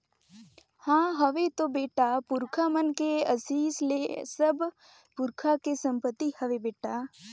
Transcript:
हां हवे तो बेटा, पुरखा मन के असीस ले सब पुरखा के संपति हवे बेटा